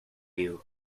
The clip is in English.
you